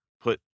put